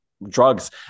Drugs